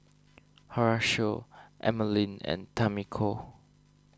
Horacio Emaline and Tamiko